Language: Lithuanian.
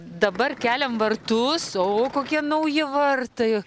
dabar keliam vartus o kokie nauji vartai